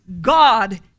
God